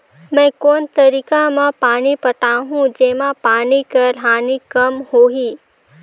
मैं कोन तरीका म पानी पटाहूं जेमा पानी कर हानि कम होही?